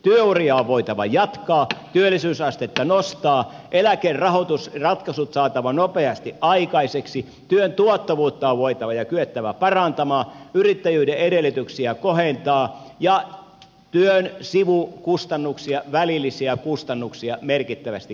työuria on voitava jatkaa työllisyysastetta nostaa eläkeratkaisut on saatava nopeasti aikaiseksi työn tuottavuutta on voitava ja kyettävä parantamaan yrittäjyyden edellytyksiä kohentamaan ja työn sivukustannuksia välillisiä kustannuksia merkittävästi keventämään